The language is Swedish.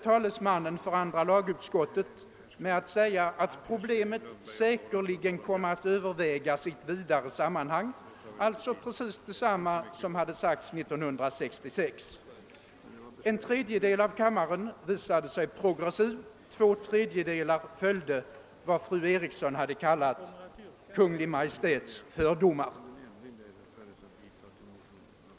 Talesmannen för andra lagutskottet bemötte detta med att säga att problemet »säkerligen» komme att övervägas i ett vidare sammanhang, alltså precis detsamma som hade sagts 1966. En tredjedel av kammarens ledamöter visade sig vara progressiva; två tredjedelar följde vad fru Eriksson hade kallat Kungl. Maj:ts fördomar.